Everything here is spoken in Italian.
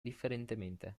differentemente